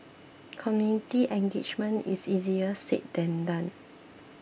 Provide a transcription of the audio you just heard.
community engagement is easier said than done